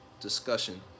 discussion